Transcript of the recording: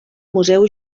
museu